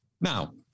Now